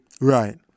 right